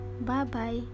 Bye-bye